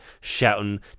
shouting